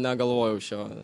negalvojau šio